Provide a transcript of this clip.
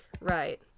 Right